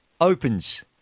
Opens